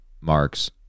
Marx